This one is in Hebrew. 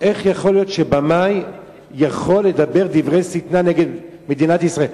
איך יכול להיות שבמאי יכול לדבר דברי שטנה נגד מדינת ישראל.